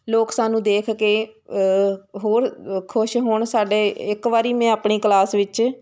ਲੋਕ ਸਾਨੂੰ ਦੇਖ ਕੇ ਹੋਰ ਖੁਸ਼ ਹੋਣ ਸਾਡੇ ਇੱਕ ਵਾਰੀ ਮੈਂ ਆਪਣੀ ਕਲਾਸ ਵਿੱਚ